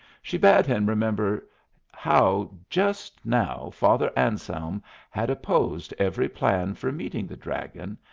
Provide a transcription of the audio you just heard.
she bade him remember how just now father anselm had opposed every plan for meeting the dragon,